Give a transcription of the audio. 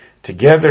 Together